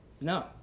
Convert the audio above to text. No